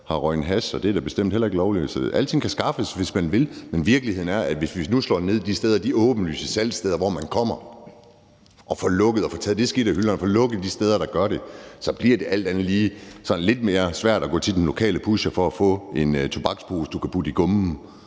har røget hash, og det er da bestemt heller ikke lovligt. Alting kan skaffes, hvis man vil. Men virkeligheden er, at hvis vi slår ned på de åbenlyse salgssteder, hvor man kommer, og får taget det skidt af hylderne og får lukket de steder, hvor man gør det, så bliver det alt andet lige sådan lidt sværere at gå til den lokale pusher for at få en tobakspose, du kan putte i munden.